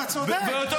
אתה צודק.